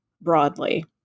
broadly